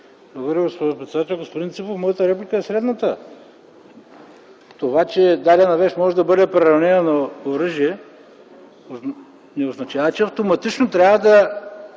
председател. Господин Ципов, моята реплика е следната. Това, че дадена вещ може да бъде приравнена на оръжие не означава, че автоматично трябва да